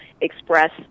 express